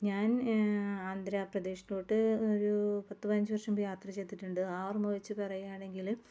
ഞാന് ആന്ധ്രാപ്രദേശിലോട്ട് ഒരൂ പത്ത് പതിനഞ്ചു വര്ഷം മുമ്പ് യാത്ര ചെയ്തിട്ടുണ്ട് ആ ഓര്മ്മവെച്ചു പറയുകയാണെങ്കിൽ